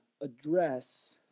address